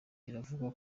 biravugwa